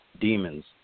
demons